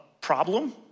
problem